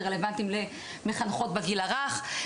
זה רלוונטי למחנכות לגיל הרך,